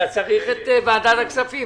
אתה צריך את ועדת הכספים.